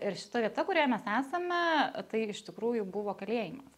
ir šita vieta kurioje mes esame tai iš tikrųjų buvo kalėjimas